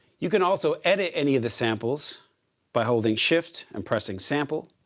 you can also edit any of the samples by holding shift and pressing sample.